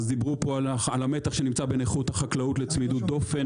דיברו פה על המתח שנמצא בין איכות החקלאות לצמידות דופן.